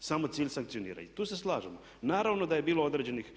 samo cilj sankcioniranje. I tu se slažemo. Naravno da je bilo, bilo određenih